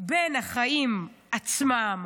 בין החיים עצמם,